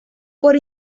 con